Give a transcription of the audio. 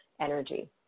energy